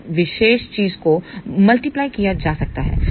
यह विशेष चीज को किया जाता है